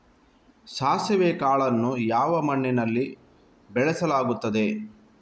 ಸಾಸಿವೆ ಕಾಳನ್ನು ಯಾವ ಮಣ್ಣಿನಲ್ಲಿ ಬೆಳೆಸಲಾಗುತ್ತದೆ?